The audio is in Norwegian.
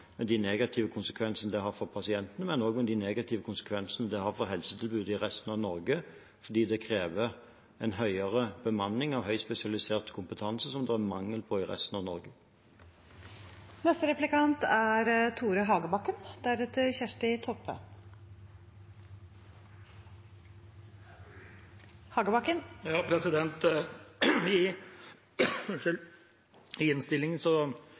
med de negative konsekvensene det har for pasientene – men også de negative konsekvensene det har for helsetilbudet i resten av Norge, fordi det krever en høyere bemanning med høyspesialisert kompetanse som det er mangel på i resten av Norge. I innstillinga uttrykker Arbeiderpartiet bekymring for at totalkostnadene for byggeprosjektene i